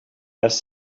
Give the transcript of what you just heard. ers